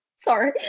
Sorry